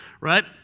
right